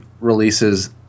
releases